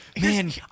Man